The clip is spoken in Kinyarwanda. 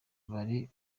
bari